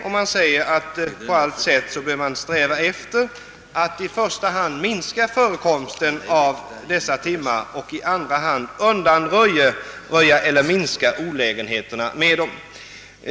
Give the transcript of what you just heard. Utskottet säger att man på allt sätt bör sträva efter att i första hand minska förekomsten av dessa timmar och i andra hand undanröja eller minska olägenheterna med dem.